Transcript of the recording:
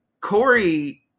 Corey